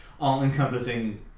all-encompassing